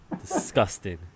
Disgusting